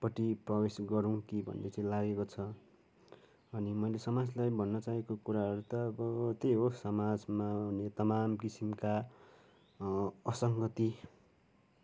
पट्टि प्रवेश गरौँ कि भन्ने चाहिँ लागेको छ अनि मैले समाजलाई भन्नचाहेको कुराहरू त अब त्यही हो समाजमा आउने तमाम किसिमका असङ्गति